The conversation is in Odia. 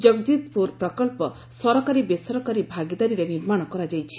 ଜଗଜିତପୁର ପ୍ରକଳ୍ପ ସରକାରୀ ବେସରକାରୀ ଭାଗିଦାରୀରେ ନିର୍ମାଣ କରାଯାଇଛି